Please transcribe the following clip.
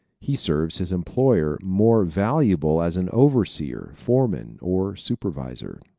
he serves his employer more valuably as an overseer, foreman or supervisor.